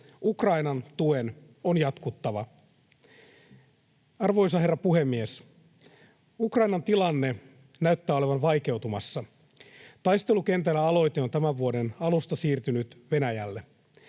Ukrainan tuen on jatkuttava. Arvoisa herra puhemies! Ukrainan tilanne näyttää olevan vaikeutumassa. Taistelukentällä aloite on tämän vuoden alusta siirtynyt Venäjälle.